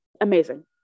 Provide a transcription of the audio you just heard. Amazing